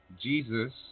Jesus